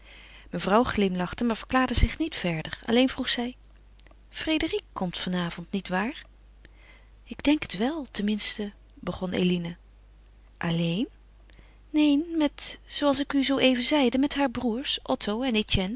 mevrouw glimlachte maar verklaarde zich niet verder alleen vroeg zij frédérique komt vanavond nietwaar ik denk het wel tenminste begon eline alleen neen met zooals ik u zooeven zeide met haar broêrs otto en